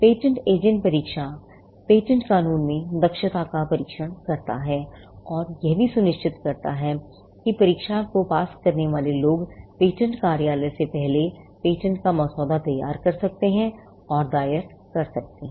patent agent परीक्षा patent कानून में दक्षता का परीक्षण करता है और यह भी सुनिश्चित करता है कि परीक्षा को पास करने वाले लोग पेटेंट कार्यालय से पहले पेटेंट का मसौदा तैयार कर सकते हैं और दायर कर सकते हैं